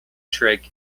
trick